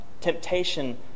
Temptation